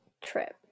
trip